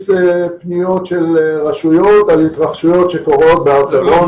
פניות של רשויות על התרחשויות שקורות בהר חברון,